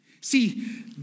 See